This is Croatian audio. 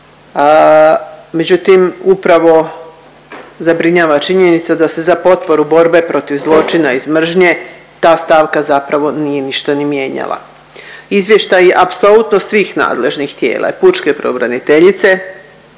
Međutim, upravo zabrinjava činjenica da se za potporu borbe protiv zločina iz mržnje ta stavka zapravo nije ništa ni mijenjala. Izvještaji apsolutno svih nadležnih tijela i pučke pravobraniteljice,